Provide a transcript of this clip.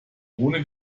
ohne